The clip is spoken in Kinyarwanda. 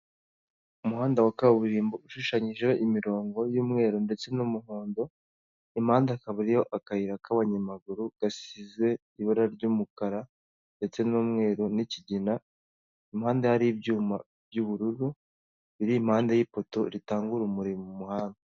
Umuhanda wa kaburimbo ushushanyijeho imirongo y'umweru ndetse n'umuhondo, impande hakaba hariho akayira k'abanyamaguru gasize ibara ry'umukara, ndetse n'umweru n'ikigina, iruhande hari ibyuma by'ubururu biri impande y'ipoto ritanga urumuri mu muhanda.